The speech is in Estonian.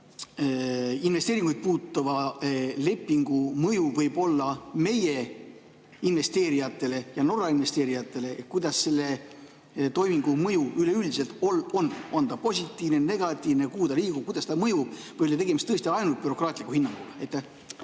investeeringuid puudutava lepingu mõju võib olla meie investeerijatele ja Norra investeerijatele? Kuidas selle toimingu mõju üleüldiselt on? On ta positiivne, negatiivne, kuidas ta mõjub? Või oli tegemist tõesti ainult bürokraatliku hinnanguga?